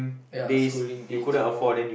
yeah schooling age and all